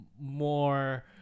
more